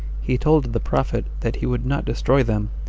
he told the prophet that he would not destroy them,